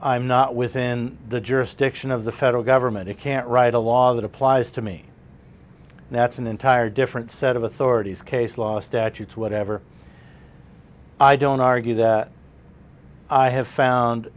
i'm not within the jurisdiction of the federal government and can't write a law that applies to me and that's an entire different set of authorities case law statutes whatever i don't argue that i have found